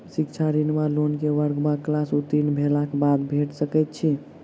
शिक्षा ऋण वा लोन केँ वर्ग वा क्लास उत्तीर्ण भेलाक बाद भेट सकैत छी?